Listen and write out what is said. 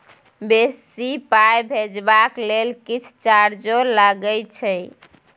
बेसी पाई भेजबाक लेल किछ चार्जो लागे छै?